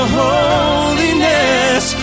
holiness